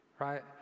Right